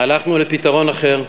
הלכנו לפתרון אחר,